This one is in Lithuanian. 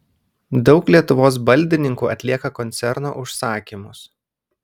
daug lietuvos baldininkų atlieka koncerno užsakymus